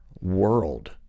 world